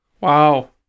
Wow